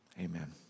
amen